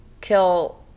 kill